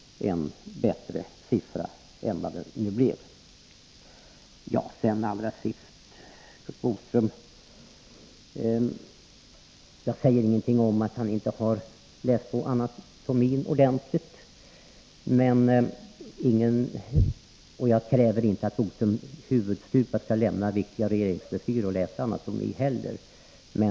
Allra sist! Jag säger ingenting om att Curt Boström inte har läst på anatomin ordentligt — och jag kräver inte heller att han huvudstupa skall lämna viktiga regeringsbestyr för att läsa anatomi.